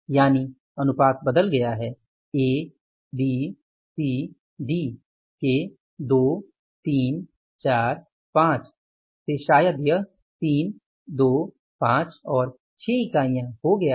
यानि अनुपात बदल गया है ए बी सी डी के 2 3 4 5 से शायद यह 3 2 5 और 6 इकाइयां हो गया हैं